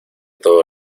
todo